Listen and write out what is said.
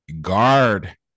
guard